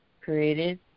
created